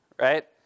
right